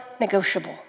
negotiable